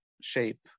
shape